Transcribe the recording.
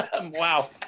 wow